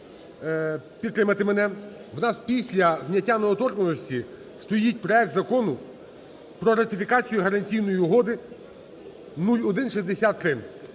підтримати мене. У нас після зняття недоторканності стоїть проект Закону про ратифікацію Гарантійної угоди (0163).